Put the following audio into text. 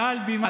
מעל בימת הכנסת,